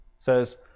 says